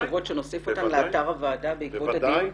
כדי שנוסיף אותן לאתר הוועדה בעקבות הדיון.